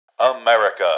America